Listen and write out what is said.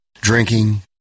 Drinking